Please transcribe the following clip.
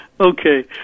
Okay